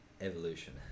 evolution